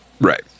Right